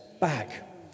back